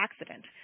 accident